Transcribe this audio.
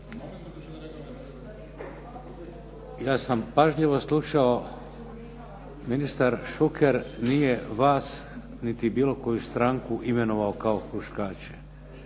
Ja sam pažljivo slušao, ministar Šuker nije vas niti bilo koju stranku imenovao kao huškače.